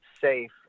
safe